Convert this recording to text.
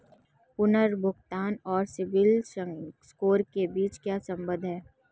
पुनर्भुगतान और CIBIL score के बीच क्या संबंध है?